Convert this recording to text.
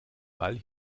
ball